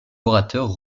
orateur